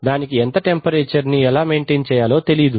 దానికి ఎంత టెంపరేచర్ ని ఎలా మెయింటైన్ చేయాలో తెలీదు